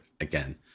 again